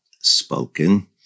spoken